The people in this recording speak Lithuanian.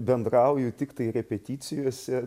bendrauju tiktai repeticijose